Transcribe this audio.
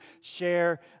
share